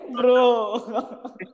Bro